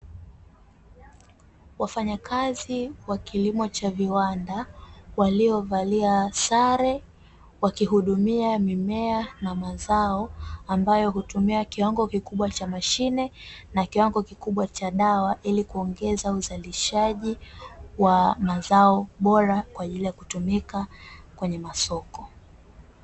Wafanyakazi wa kilimo cha viwanda, waliovalia sare wakihudumia mimea na mazao, ambayo hutumia kiwango kikubwa cha mashine na kiwango kikubwa cha dawa ilikuongeza uzalishaji wa mazao bora, kwaajili ya kutumika kwenye masoko.